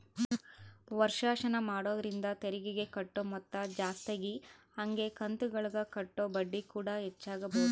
ವರ್ಷಾಶನ ಮಾಡೊದ್ರಿಂದ ತೆರಿಗೆಗೆ ಕಟ್ಟೊ ಮೊತ್ತ ಜಾಸ್ತಗಿ ಹಂಗೆ ಕಂತುಗುಳಗ ಕಟ್ಟೊ ಬಡ್ಡಿಕೂಡ ಹೆಚ್ಚಾಗಬೊದು